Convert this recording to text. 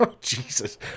Jesus